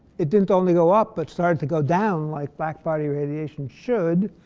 it didn't only go up but started to go down like black-body radiation should,